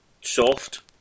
soft